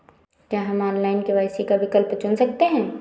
क्या हम online KYC का विकल्प चुन सकते हैं?